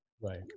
right